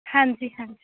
ਹਾਂਜੀ ਹਾਂਜੀ